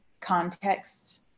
context